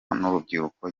n’urubyiruko